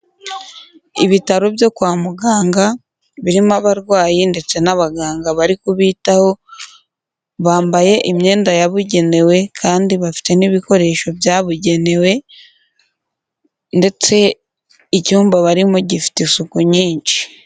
Ibitaro byo kwa muganga birimo abarwayi ndetse n'abaganga bari kubitaho, bambaye imyenda yabugenewe kandi bafite n'ibikoresho byabugenewe ndetse icyumba barimo gifite isuku nyinshi.